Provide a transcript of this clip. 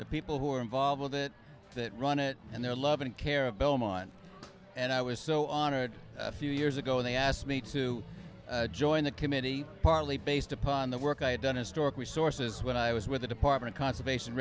the people who are involved with it that run it and their love and care of belmont and i was so honored a few years ago when they asked me to join the committee partly based upon the work i had done historically sources when i was with the department conservation